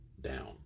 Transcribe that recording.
down